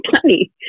plenty